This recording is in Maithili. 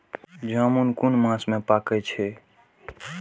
जामून कुन मास में पाके छै?